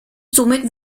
somit